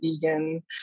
vegan